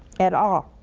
at all.